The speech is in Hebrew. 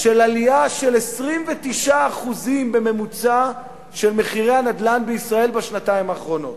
של עלייה של 29% בממוצע במחירי הנדל"ן בישראל בשנתיים האחרונות.